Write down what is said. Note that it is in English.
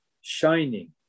shining